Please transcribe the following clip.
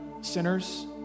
sinners